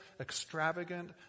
extravagant